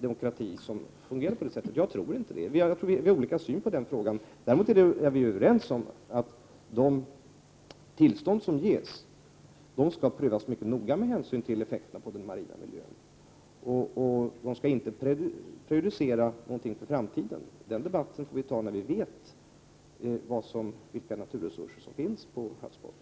demokrati kunna fungera på det sättet? Jag tror inte det. Vi har olika syn på den frågan. Däremot är vi överens om att de tillstånd som ges skall prövas mycket noga med hänsyn till effekterna på den marina miljön. De skall inte heller prejudicera någonting för framtiden. Den debatten får vi ta när vi vet vilka naturresurser som finns på havsbotten.